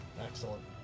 Excellent